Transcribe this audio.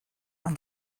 and